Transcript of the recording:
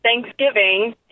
Thanksgiving